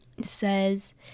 says